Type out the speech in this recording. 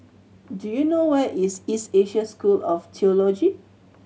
do you know where is East Asia School of Theology